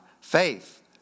faith